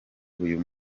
uyu